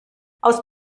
aus